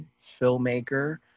filmmaker